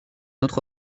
autre